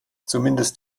zumindest